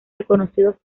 reconocidos